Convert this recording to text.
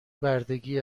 بردگی